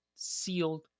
sealed